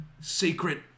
secret